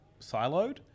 siloed